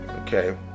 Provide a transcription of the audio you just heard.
Okay